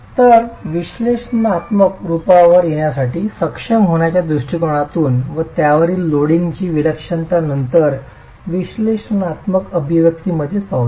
तर विश्लेषणात्मक स्वरूपावर येण्यासाठी सक्षम होण्याच्या दृष्टीकोनातून व त्यावरील लोडिंगची विलक्षणता नंतर विश्लेषणात्मक अभिव्यक्तीमध्येच पाहूया